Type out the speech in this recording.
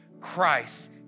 Christ